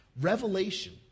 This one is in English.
Revelation